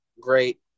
Great